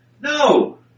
No